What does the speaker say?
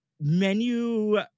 menu